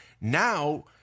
Now